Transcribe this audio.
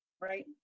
Right